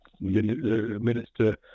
Minister